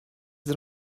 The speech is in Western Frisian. der